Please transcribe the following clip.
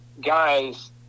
guys